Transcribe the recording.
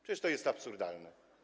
Przecież to jest absurdalne.